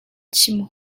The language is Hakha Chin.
chim